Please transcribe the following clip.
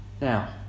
Now